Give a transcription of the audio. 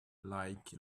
like